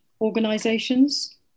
organizations